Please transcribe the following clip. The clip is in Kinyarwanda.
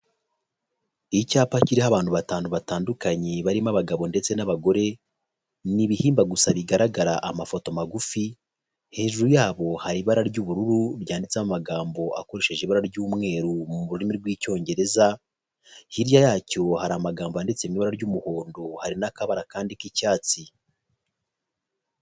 Icyapa kiriho abantu batandukanye barimo abagabo ndetse n'abagore ni ibihimba gusa bigaragara amafoto magufi hejuru yabo hari ibara ry'ubururu ryanditseho amagambo akoresheje ibara ry'umweru mu rurimi rw'Icyongereza hirya yacyo hari amagambo anditse ibara ry'umuhondo hari n'akabara kandi k'icyatsi.